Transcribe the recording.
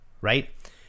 right